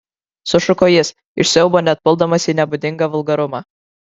sušuko jis iš siaubo net puldamas į nebūdingą vulgarumą